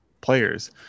players